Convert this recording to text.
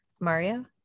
Mario